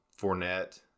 Fournette